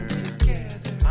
together